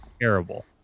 terrible